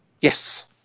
Yes